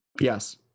Yes